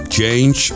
Change